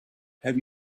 have